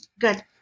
Good